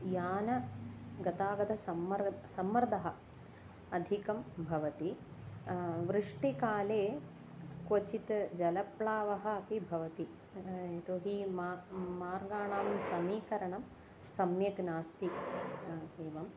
यानगतागत सम्मर्दः सम्मर्दः अधिकं भवति वृष्टिकाले क्वचित् जलप्लावः अपि भवति तु हि म मार्गाणां समीकरणं सम्यक् नास्ति एवम्